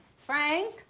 frank?